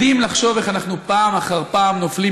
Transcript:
מדהים לחשוב איך אנחנו פעם אחר פעם נופלים